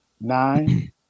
Nine